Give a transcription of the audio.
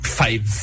five